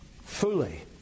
fully